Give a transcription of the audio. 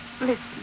listen